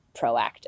proactive